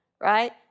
right